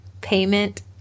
payment